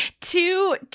two